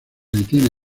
detiene